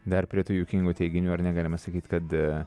dar prie tų juokingų teiginių ar ne galima sakyti kad